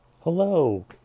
Hello